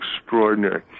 extraordinary